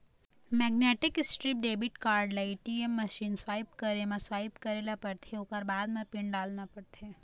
magnetic stripe debit card ल ATM machine, swipe machine म swipe करे ल परथे ओखर बाद म पिन डालना परथे